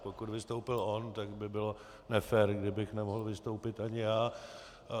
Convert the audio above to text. Pokud vystoupil on, tak by bylo nefér, kdybych nemohl vystoupit i já.